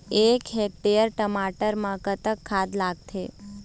एक हेक्टेयर टमाटर म कतक खाद लागथे?